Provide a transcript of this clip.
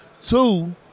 Two